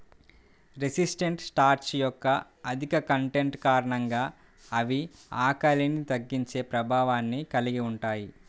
resistant starch యొక్క అధిక content కారణంగా అవి ఆకలిని తగ్గించే ప్రభావాన్ని కలిగి ఉంటాయి